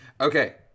Okay